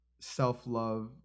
self-love